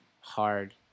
hard